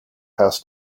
has